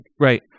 Right